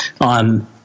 on